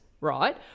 right